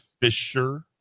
Fisher